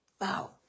wow